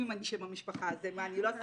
אבל אני חושבת